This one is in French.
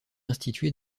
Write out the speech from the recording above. institué